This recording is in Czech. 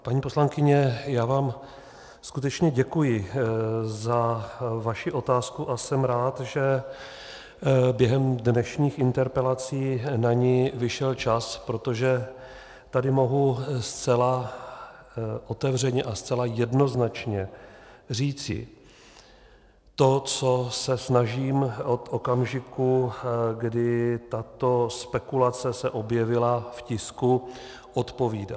Paní poslankyně, já vám skutečně děkuji za vaši otázku a jsem rád, že během dnešních interpelací na ni vyšel čas, protože tady mohu zcela otevřeně a zcela jednoznačně říci to, co se snažím od okamžiku, kdy se tato spekulace objevila v tisku, odpovídat.